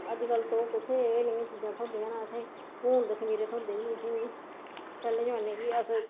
अज्ज कल्ल कुत्थै इयै नेहियां चीजां थ्होंदियां न असें हुन ते खमीरे थ्होंदे गै नी असेंगी पैहले जमाने गी अस